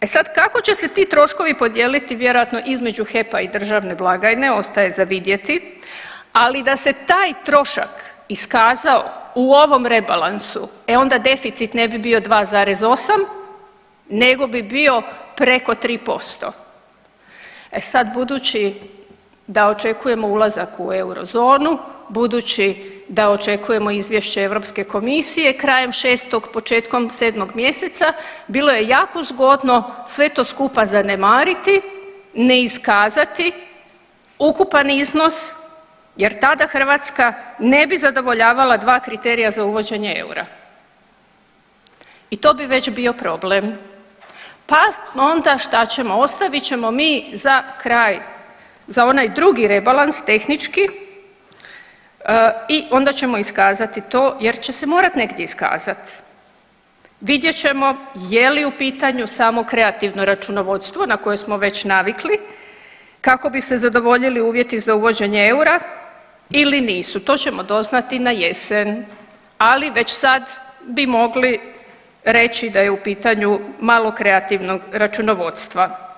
E sad kako će se ti troškovi podijeliti, vjerojatno između HEP-a i državne blagajne ostaje za vidjeti, ali da se taj trošak iskazao u ovom rebalansu e onda deficit ne bi bio 2,8 nego bi bio preko 3% E sad budući da očekujemo ulazak u eurozonu, budući da očekujemo izvješće Europske komisije krajem 6 i početkom 7 mjeseca bilo je jako zgodno sve to skupa zanemariti, ne iskazati ukupan iznos jer tada Hrvatska ne bi zadovoljavala dva kriterija za uvođenje eura i to bi već bio problem, pa onda šta ćemo, ostavit ćemo mi za kraj, za onaj drugi rebalans tehnički i onda ćemo iskazati to jer će se morat negdje iskazat, vidjet ćemo je li u pitanju samo kreativno računovodstvo na koje smo već navikli kako bi se zadovoljili uvjeti za uvođenje eura ili nisu, to ćemo doznati na jesen, ali već sad bi mogli reći da je u pitanju malo kreativnog računovodstva.